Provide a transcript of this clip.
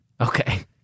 Okay